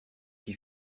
qui